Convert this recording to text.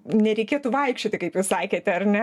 nereikėtų vaikščioti kaip jūs sakėte ar ne